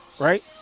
right